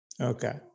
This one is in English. Okay